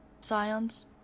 scions